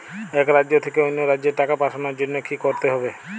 এক রাজ্য থেকে অন্য রাজ্যে টাকা পাঠানোর জন্য কী করতে হবে?